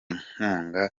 nkunga